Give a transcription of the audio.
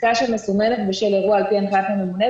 פסקה שמסומנת בשל אירוע על פי הנחיית הממונה,